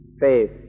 faith